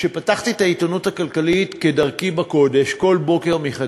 כשפתחתי את העיתונות הכלכלית כדרכי בקודש כל בוקר מחדש,